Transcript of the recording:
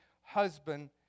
husband